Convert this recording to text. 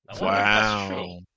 Wow